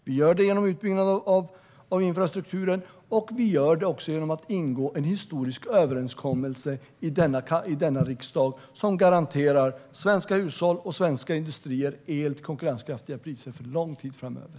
Vi gör det genom utbyggnad av infrastrukturen. Vi gör det också genom att i denna riksdag ingå en historisk överenskommelse som garanterar svenska hushåll och svenska industrier el till konkurrenskraftiga priser för lång tid framöver.